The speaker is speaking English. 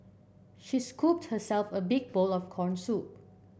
she scooped herself a big bowl of corn soup